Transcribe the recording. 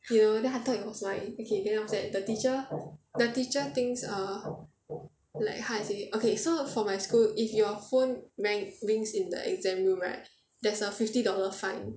you know then I thought it was mine okay then after that the teacher the teacher thinks err like how to say okay so for my school if your phone rang rings in the exam room right there's a fifty dollar fine